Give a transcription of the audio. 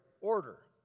Order